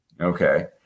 Okay